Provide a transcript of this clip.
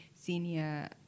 senior